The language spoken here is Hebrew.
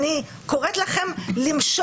נס נעשה לכם,